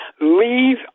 Leave